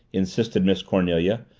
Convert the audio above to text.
insisted miss cornelia.